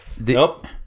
Nope